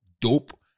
dope